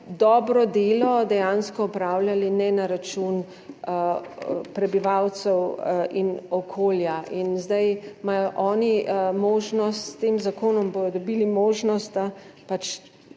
dobro delo dejansko opravljali ne na račun prebivalcev in okolja. Zdaj imajo oni možnost, s tem zakonom bodo dobili možnost,